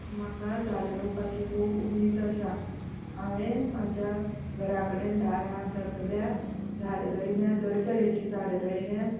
म्हाका झाडां रोवपाची खूब उमेद आसा हांवें म्हज्या घरा कडेन दारां सगल्या झाडां रोयल्या तरेतरेचीं झाडां रोयल्या